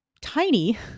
tiny